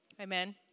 Amen